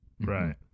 Right